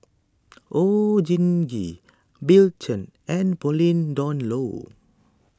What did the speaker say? Oon Jin Gee Bill Chen and Pauline Dawn Loh